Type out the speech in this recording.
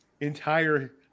entire